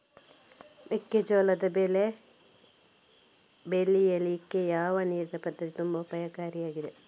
ಮೆಕ್ಕೆಜೋಳದ ಬೆಳೆ ಬೆಳೀಲಿಕ್ಕೆ ಯಾವ ನೀರಿನ ಪದ್ಧತಿ ತುಂಬಾ ಉಪಕಾರಿ ಆಗಿದೆ?